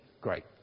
great